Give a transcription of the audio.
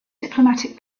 diplomatic